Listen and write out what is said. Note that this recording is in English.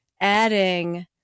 adding